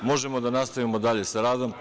Možemo da nastavimo dalje sa radom.